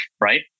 right